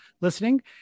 listening